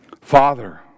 Father